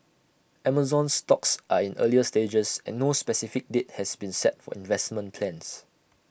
Amazon's talks are in earlier stages and no specific date has been set for investment plans